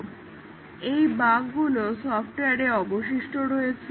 অর্থাৎ এই বাগগুলো সফট্ওয়ারে অবশিষ্ট রয়েছে